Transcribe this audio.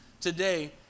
today